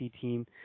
team